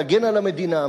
להגן על המדינה,